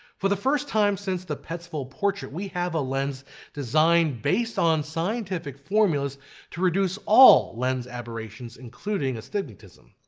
for the first time since the petzval portrait we have a lens designed based on scientific formulas to reduce all lens aberrations including astigmatism.